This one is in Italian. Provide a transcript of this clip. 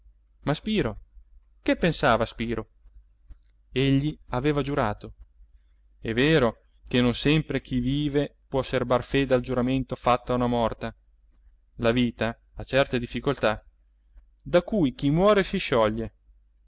spiro che pensava spiro egli aveva giurato è vero che non sempre chi vive può serbar fede al giuramento fatto a una morta la vita ha certe difficoltà da cui chi muore si scioglie